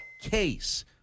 case